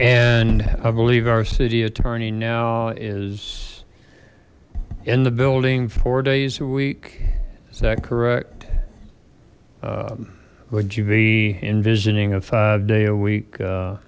and i believe our city attorney now is in the building four days a week is that correct would you be envisioning a five day a week